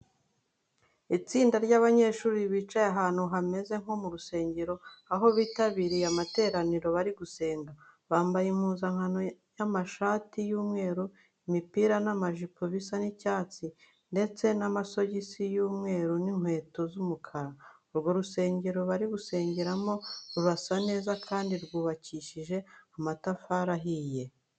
Itsinda ry'abanyeshuri bicaye ahantu hameze nko mu rusengero, aho bitabiriye amateraniro bari gusenga. Bambaye impuzankano y'amashati y'umweru, imipira n'amajipo bisa icyatsi ndetse n'amasogisi y'umweru n'inkweto z'umukara. Urwo rusengero bari gusengeramo rurasa neza kandi rwubakishije amatafari ahiye.